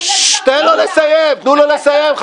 --- תנו לו לסיים את המשפט.